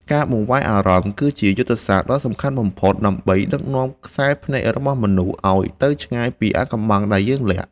ការបង្វែរអារម្មណ៍គឺជាយុទ្ធសាស្ត្រដ៏សំខាន់បំផុតដើម្បីដឹកនាំខ្សែភ្នែករបស់មនុស្សឱ្យទៅឆ្ងាយពីអាថ៌កំបាំងដែលយើងលាក់។